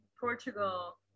Portugal